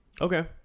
Okay